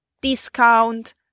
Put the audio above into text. discount